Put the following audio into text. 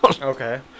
okay